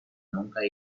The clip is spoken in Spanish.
nunca